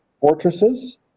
fortresses